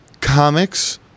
Comics